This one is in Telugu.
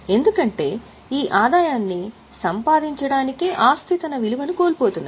ఎందుకంటే ఈ ఆదాయాన్ని సంపాదించడానికే ఆస్తి తన విలువను కోల్పోతున్నది